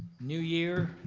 new year,